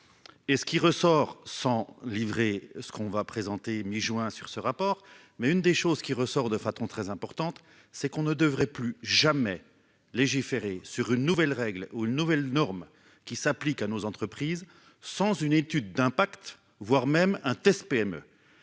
Et ce qui ressort sans livrer ce qu'on va présenter mi-juin sur ce rapport. Mais une des choses qui ressort de façon très importante, c'est qu'on ne devrait plus jamais légiféré sur une nouvelle règle aux nouvelles normes qui s'appliquent à nos entreprises, sans une étude d'impact, voire même un test PME.